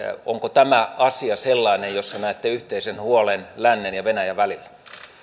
onko tämä asia sellainen jossa näette yhteisen huolen lännen ja venäjän välillä